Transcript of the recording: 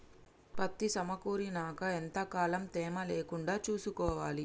పత్తి సమకూరినాక ఎంత కాలం తేమ లేకుండా చూసుకోవాలి?